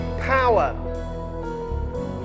power